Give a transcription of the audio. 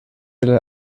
eller